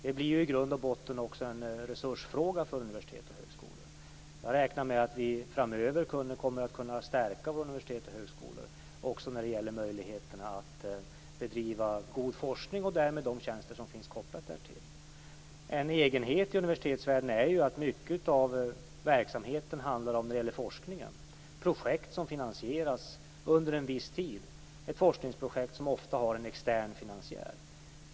Det bli i grund och botten också en resursfråga för universitet och högskolor. Jag räknar med att vi framöver kommer att kunna stärka våra universitet och högskolor också när det gäller möjligheterna att bedriva god forskning, och därmed de tjänster som finns kopplade därtill. En egenhet i universitetsvärlden är att mycket av verksamheten när det gäller forskning sker i projekt som finansieras under en viss tid - ett forskningsprojekt som ofta har en extern finansiär.